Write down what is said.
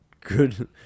good